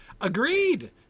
Agreed